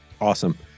Awesome